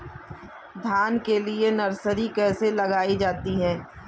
धान के लिए नर्सरी कैसे लगाई जाती है?